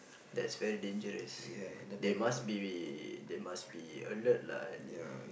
that's very dangerous they must be they must be alert lah at least